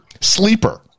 Sleeper